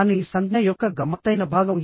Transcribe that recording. కానీ సంజ్ఞ యొక్క గమ్మత్తైన భాగం